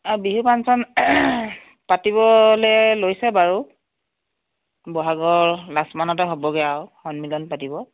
অ Bihu function পাতিবলৈ লৈছে বাৰু ব'হাগৰ লাষ্ট মানতে হ'বগৈ আৰু সন্মিলন পাতিব